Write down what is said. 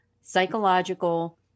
psychological